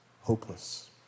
hopeless